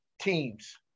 teams